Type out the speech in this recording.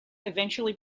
eventually